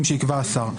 שיקבע השר.